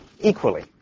equally